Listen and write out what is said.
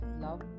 love